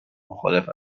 مخالف